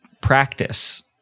practice